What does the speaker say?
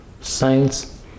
Saints